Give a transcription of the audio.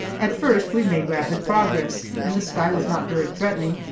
at first we made rapid progress, and the sky was not very threatening,